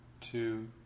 two